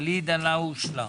ואליד אלהואשלה.